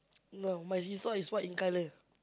no but his sock is white in colour